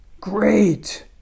Great